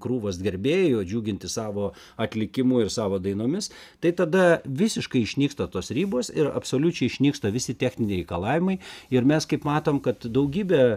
krūvas gerbėjų džiuginti savo atlikimu ir savo dainomis tai tada visiškai išnyksta tos ribos ir absoliučiai išnyksta visi techniniai reikalavimai ir mes kaip matom kad daugybė